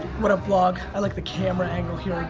what up, vlog? i like the camera angle here